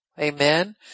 Amen